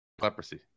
Leprosy